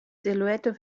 silhouette